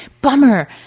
bummer